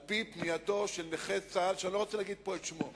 על-פי פנייתו של נכה צה"ל שאני לא רוצה להגיד פה את שמו.